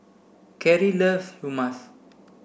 Kerry loves Hummus